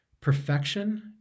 perfection